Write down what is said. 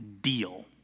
deal